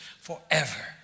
forever